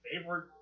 Favorite